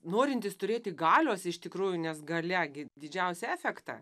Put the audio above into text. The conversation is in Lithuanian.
norintis turėti galios iš tikrųjų nes galia gi didžiausią efektą